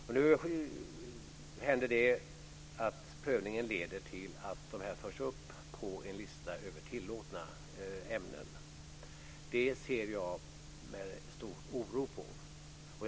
Nu händer det att prövningen leder till att de här ämnena förs upp på en lista över tillåtna ämnen. Det ser jag med stor oro på.